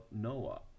Noah